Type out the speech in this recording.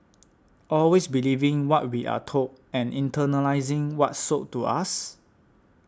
always believing what we are told and internalising what's sold to us